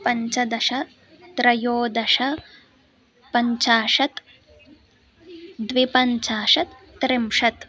पञ्चदश त्रयोदश पञ्चाशत् द्विपञ्चाशत् त्रिंशत्